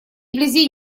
вблизи